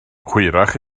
hwyrach